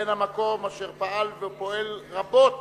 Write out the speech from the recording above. בן המקום, אשר פעל ופועל רבות